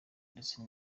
ndetse